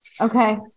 Okay